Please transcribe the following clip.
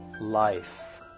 life